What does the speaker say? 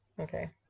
okay